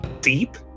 deep